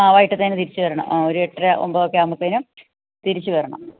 ആ വൈകിട്ടത്തേന് തിരിച്ച് വരണം ആ ഒരു എട്ടര ഒൻമ്പതൊക്കെ ആവുമ്പത്തേനും തിരിച്ച് വരണം